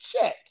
check